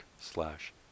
slash